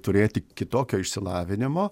turėti kitokio išsilavinimo